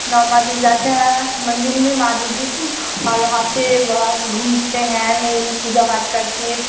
नौवा दिन जाते हैं मंदिल में माँ दुर्गे की और वहाँ से घूमते हैं मिल पूजा पाठ करके